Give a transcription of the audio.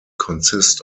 consist